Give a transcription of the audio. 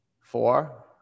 Four